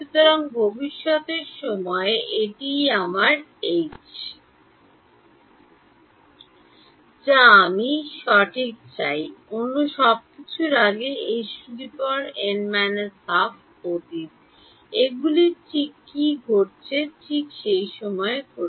সুতরাং ভবিষ্যতের সময়ে এটিই আমার H যা আমি সঠিক চাই অন্য সব কিছুর আগেই Hn − 12 অতীত এগুলি ঠিক কী ঘটছে ঠিক সেই সময়ে ঘটছে